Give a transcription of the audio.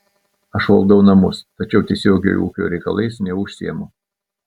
aš valdau namus tačiau tiesiogiai ūkio reikalais neužsiimu